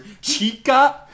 Chica